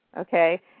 okay